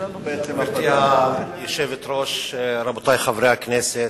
גברתי היושבת-ראש, רבותי חברי הכנסת,